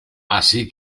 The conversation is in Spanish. así